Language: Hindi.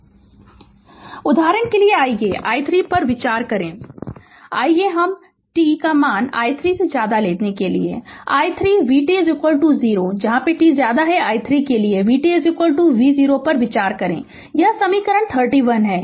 Refer Slide Time 2959 उदाहरण के लिए आइए i 3 पर विचार करें आइए हम t i 3 के लिए i 3 vt 0 और t i 3 के लिए vt v0 पर विचार करें यह समीकरण 31 है